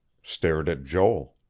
stared at joel.